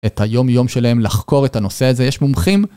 את היום יום שלהם לחקור את הנושא הזה, יש מומחים?